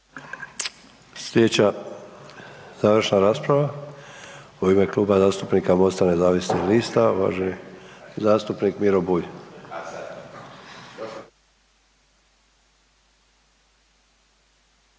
Slijedeća završna rasprava u ime Kluba zastupnika MOST-a nezavisnih lista uvaženi zastupnik Miro Bulj.